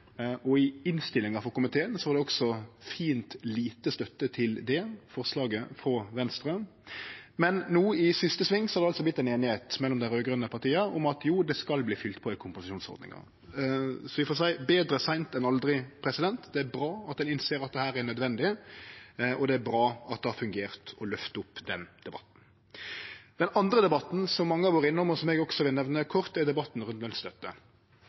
I innstillinga frå komiteen var det også fint lite støtte til det forslaget frå Venstre. Men no, i siste sving, har det altså vorte ei einigheit mellom dei raud-grøne partia om at det skal verte fylt på i kompensasjonsordninga. Betre seint enn aldri, får vi seie. Det er bra at ein innser at dette er nødvendig, og det er bra at det har fungert å løfte opp den debatten. Den andre debatten som mange har vore innom, og som eg også kort vil nemne, er debatten